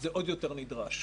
זה עוד יותר נדרש.